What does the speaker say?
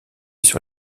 sur